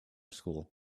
school